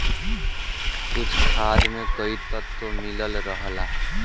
कुछ खाद में कई तत्व मिलल रहला